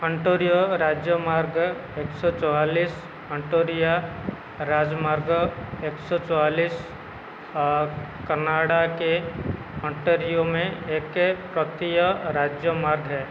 Ontario राज्यमार्ग एक सौ चौवालीस अन्टोरिया राजमार्ग एक सौ चौवालीस कनाडा के अन्टरियो में एक प्रांतीय राज्यमार्ग है